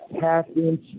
half-inch